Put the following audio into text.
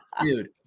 dude